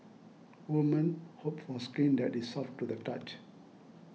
women hope for skin that is soft to the touch